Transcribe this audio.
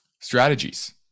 strategies